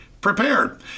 prepared